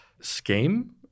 scheme